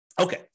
Okay